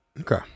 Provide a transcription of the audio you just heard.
Okay